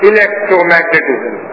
Electromagnetism